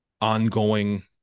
ongoing